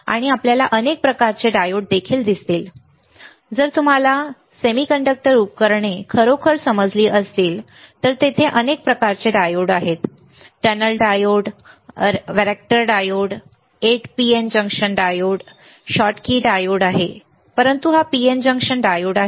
आणि आपल्याला अनेक प्रकारचे डायोड देखील दिसतील जर तुम्हाला अर्धसंवाहक उपकरणे खरोखर समजली असतील तर तेथे अनेक प्रकारचे डायोड आहेत टनल डायोड आहेत जेथे vector diode 8 PN junction diode Schottky diode आहे परंतु हा PN जंक्शन डायोड आहे